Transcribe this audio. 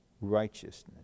righteousness